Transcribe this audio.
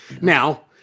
now